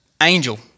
angel